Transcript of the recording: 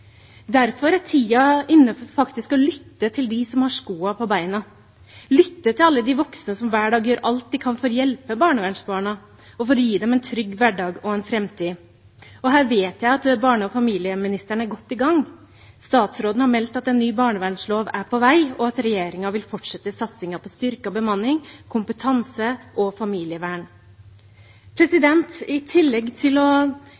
Derfor er tiden inne for å lytte til dem som har skoene på, lytte til alle de voksne som hver dag gjør alt de kan for å hjelpe barnevernsbarna og gi dem en trygg hverdag og en framtid. Her vet jeg at barne- og familieministeren er godt i gang. Statsråden har meldt at en ny barnevernslov er på vei, og at regjeringen vil fortsette satsingen på styrket bemanning, kompetanse og familievern. I tillegg til å